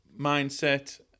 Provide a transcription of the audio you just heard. mindset